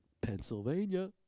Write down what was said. Pennsylvania